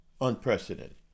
unprecedented